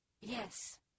Yes